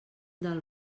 del